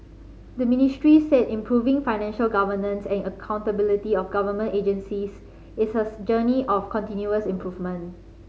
the Ministry said improving financial governance and accountability of government agencies is a journey of continuous improvement